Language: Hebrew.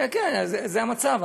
כן כן, זה המצב,